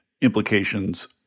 implications